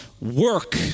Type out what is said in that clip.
work